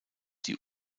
die